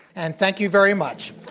and thank you very much.